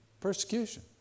Persecution